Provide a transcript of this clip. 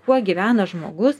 kuo gyvena žmogus